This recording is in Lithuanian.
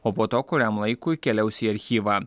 o po to kuriam laikui keliaus į archyvą